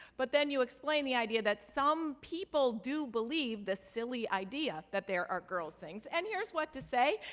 but then you explain the idea that some people do believe the silly idea that there are girls' things, and here's what to say.